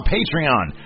Patreon